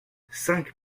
cinq